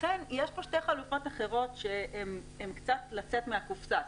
לכן יש כאן שתי חלופות אחרות שהן קצת לצאת מהקופסה.